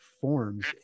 forms